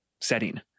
setting